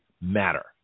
matter